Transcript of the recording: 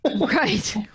Right